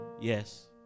yes